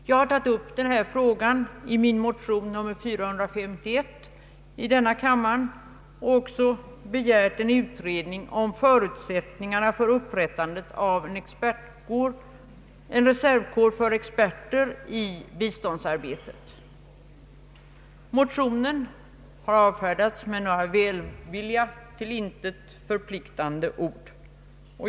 Jag har tagit upp denna fråga i min motion I: 451 och också begärt en utredning om förutsättningarna för upprättandet av en reservkår för experter i biståndsarbetet. Motionen har avfärdats med några välvilliga, till intet förpliktande ord.